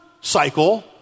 cycle